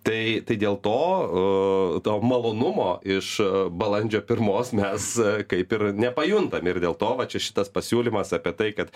tai tai dėl to malonumo iš balandžio pirmos mes kaip ir nepajuntam ir dėl to va čia šitas pasiūlymas apie tai kad